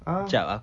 ah